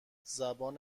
زبان